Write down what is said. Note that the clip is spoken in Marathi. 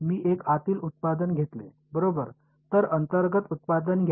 मी एक आतील उत्पादन घेतले बरोबर तर अंतर्गत उत्पादन घ्या